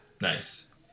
nice